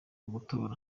gutora